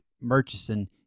Murchison